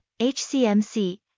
HCMC